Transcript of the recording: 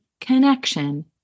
connection